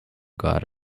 god